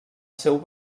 seu